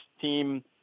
team –